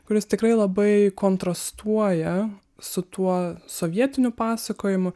kuris tikrai labai kontrastuoja su tuo sovietiniu pasakojimu